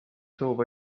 soov